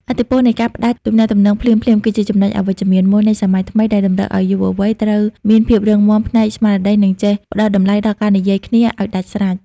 ឥទ្ធិពលនៃ «ការផ្ដាច់ទំនាក់ទំនងភ្លាមៗ» គឺជាចំណុចអវិជ្ជមានមួយនៃសម័យថ្មី ដែលតម្រូវឱ្យយុវវ័យត្រូវមានភាពរឹងមាំផ្នែកស្មារតី និងចេះផ្ដល់តម្លៃដល់ការនិយាយគ្នាឱ្យដាច់ស្រេច។